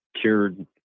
cured